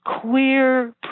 queer